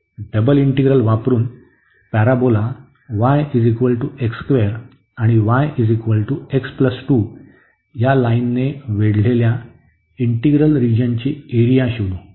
double integral वापरुन parabola आणि y x 2 या लाईनीने वेढलेल्या इंटिग्रल रिजनची एरिया शोधा